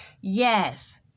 yes